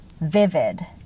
vivid